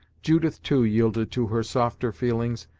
judith, too, yielded to her softer feelings,